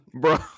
Bro